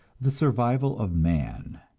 the survival of man,